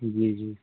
जी जी